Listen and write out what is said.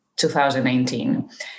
2019